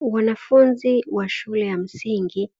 Wanafunzi wa shule ya msingi